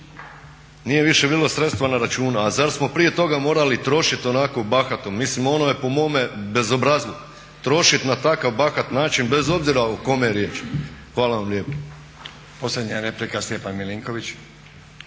Nije više bilo sredstava na računu, a zar smo prije toga morali trošiti onako bahato? Mislim ono je po mome bezobrazluk, trošit na takav bahat način bez obzira o kome je riječ. Hvala vam lijepa. **Stazić, Nenad (SDP)** Posljednja replika Stjepan Milinković.